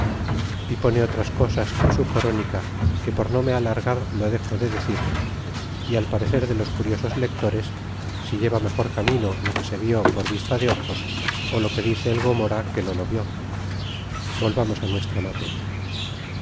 y pone otras cosas en su cornica que por no me alargar lo dexo de decir y al parecer de los curiosos lectores si lleva mejor camino lo que se vió por vista de ojos lo que dice el gomora que no lo vió volvamos nuestra materia